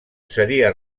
seria